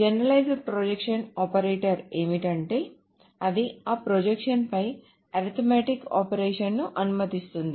generalized projection operator ఏమిటంటే అది ఆ ప్రొజెక్షన్స్ ఫై అరిథిమాటిక్ ఆపరేషన్స్ ను అనుమతిస్తుంది